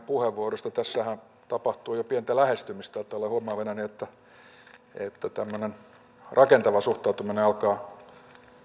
puheenvuorosta tässähän tapahtui jo pientä lähestymistä olen huomaavinani että tämmöinen rakentava suhtautuminen alkaa